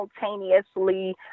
simultaneously